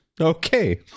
Okay